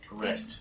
correct